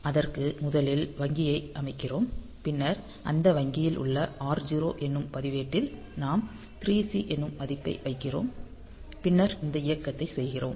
அதற்கு முதலில் வங்கியை அமைக்கிறோம் பின்னர் அந்த வங்கியில் உள்ள R0 என்னும் பதிவேட்டில் நாம் 3C என்னும் மதிப்பை வைக்கிறோம் பின்னர் இந்த இயக்கத்தை செய்கிறோம்